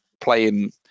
playing